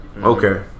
Okay